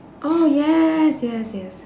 oh yes yes yes